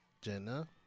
Jenna